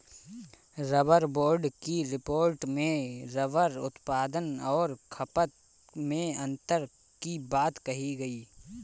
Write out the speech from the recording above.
rubber board की report में rubber उत्पादन और खपत में अन्तर की बात कही गई